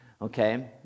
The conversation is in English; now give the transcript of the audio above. okay